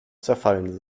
zerfallen